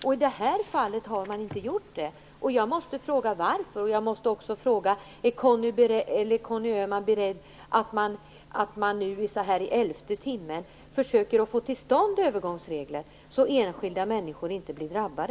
I det här fallet har man inte gjort det, och jag måste fråga varför. Jag måste också fråga om Conny Öhman är beredd att nu i elfte timmen försöka få till stånd övergångsregler så att enskilda människor inte blir drabbade.